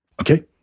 Okay